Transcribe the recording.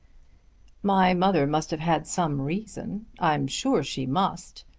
my mother must have had some reason. i'm sure she must.